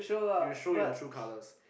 you will show your true colours